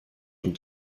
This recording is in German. und